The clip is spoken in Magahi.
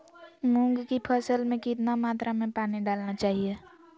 मूंग की फसल में कितना मात्रा में पानी डालना चाहिए?